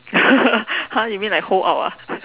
!huh! you mean like hold up ah